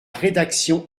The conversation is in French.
rédaction